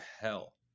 hell